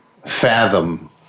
Fathom